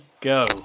go